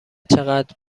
چقدر